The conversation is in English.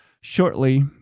shortly